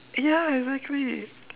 ya exactly